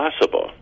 possible